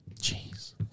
Jeez